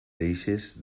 deixes